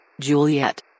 Juliet